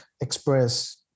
express